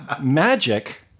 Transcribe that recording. magic